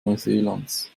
neuseelands